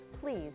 Please